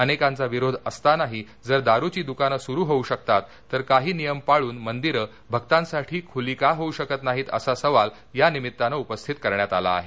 अनेकांचा विरोध असतानाही जर दारुची दुकानं सुरु होऊ शकतात तर काही नियम पाळून मंदिर भक्तांसाठी खुली का होऊ शकत नाहीत असा सवाल यानिमित्तानं उपस्थित करण्यात आला आहे